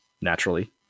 Naturally